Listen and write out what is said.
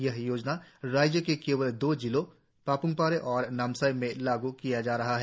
यह योजना राज्य के केवल दो जिलों पाप्मपारे और नामसाई में लागू किया जा रहा है